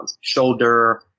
shoulder